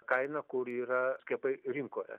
kaina kur yra skiepai rinkoje